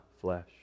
flesh